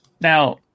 Now